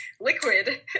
liquid